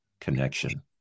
connection